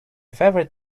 favorite